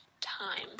time